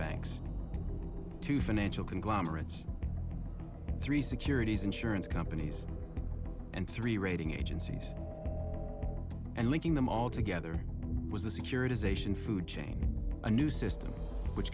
banks two financial conglomerates three securities insurance companies and three rating agencies and linking them all together was the securitization food chain a new system which